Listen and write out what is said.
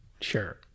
sure